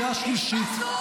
קריאה שלישית.